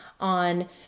on